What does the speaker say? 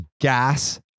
gas